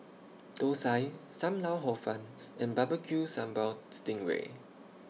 Thosai SAM Lau Hor Fun and Barbecue Sambal Sting Ray